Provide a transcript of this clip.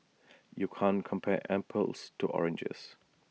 you can't compare apples to oranges